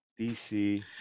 DC